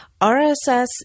RSS